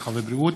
הרווחה והבריאות.